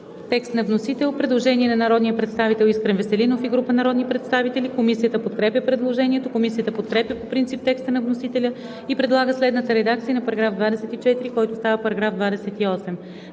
По § 26 има предложение на народния представител Искрен Веселинов и група народни представители. Комисията подкрепя по принцип предложението. Комисията подкрепя по принцип текста на вносителя и предлага следната редакция на § 26, който става § 30: „§ 30.